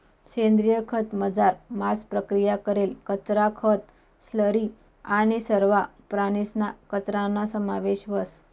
सेंद्रिय खतंसमझार मांस प्रक्रिया करेल कचरा, खतं, स्लरी आणि सरवा प्राणीसना कचराना समावेश व्हस